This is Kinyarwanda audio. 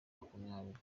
makumyabiri